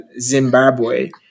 Zimbabwe